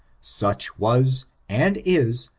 such was, and is,